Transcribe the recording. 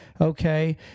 okay